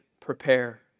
prepare